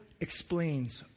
explains